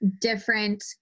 different